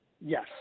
Yes